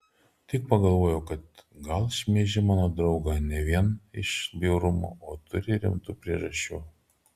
tik pagalvojau kad gal šmeiži mano draugą ne vien iš bjaurumo o turi rimtų priežasčių